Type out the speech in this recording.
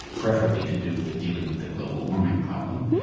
preferably to do with dealing with the global warming problem.